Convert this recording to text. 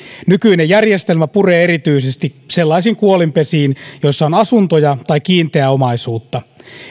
nykyinen järjestelmä puree erityisesti sellaisiin kuolinpesiin joissa on asuntoja tai kiinteää omaisuutta